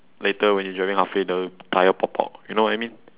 later when you driving halfway the tire pop out you know what I mean